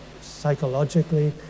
psychologically